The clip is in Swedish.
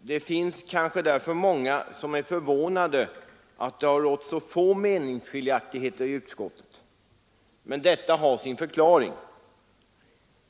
Det finns kanske därför många som är förvånade över att det har rått så få meningsskiljaktigheter i utskottet, men detta har sin förklaring.